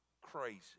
crazy